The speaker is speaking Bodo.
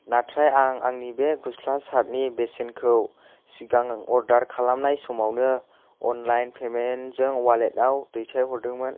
नाथाय आं आंनि बे गस्ला सार्ट नि बेसेनखौ सिगां अर्दार खालामनाय समावनो अनलाइन पेमेन्ट जों वालेट आव दैथायहरदोंमोन